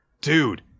Dude